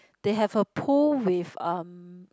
they have a pool with um